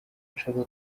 nshaka